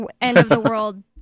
end-of-the-world